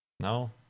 No